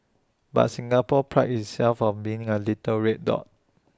but Singapore prides itself on being A little red dot